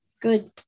good